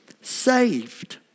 saved